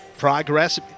progress